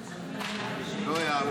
אם אתה לא מדבר